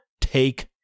take